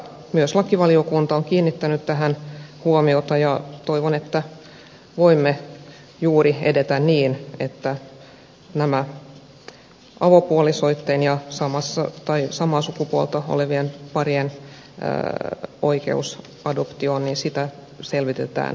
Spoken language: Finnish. myös lakivaliokunta on kiinnittänyt tähän huomiota ja toivon että voimme edetä juuri niin että tätä avopuolisoitten ja samaa sukupuolta olevien parien oikeutta adoptioon selvitetään tulevaisuudessa